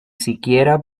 siquiera